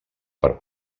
per